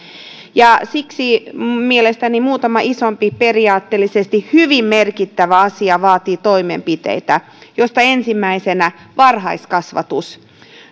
siksi muutama isompi periaatteellisesti hyvin merkittävä asia mielestäni vaatii toimenpiteitä joista ensimmäisenä on varhaiskasvatus